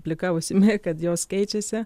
plika ausimi kad jos keičiasi